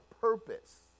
purpose